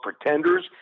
pretenders